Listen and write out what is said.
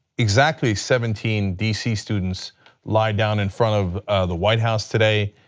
exactly seventeen dc students lied down in front of the white house today,